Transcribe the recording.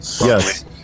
Yes